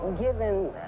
given